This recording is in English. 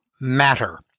matter